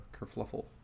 kerfluffle